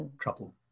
trouble